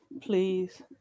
Please